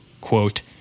quote